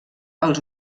els